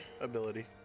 ability